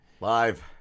live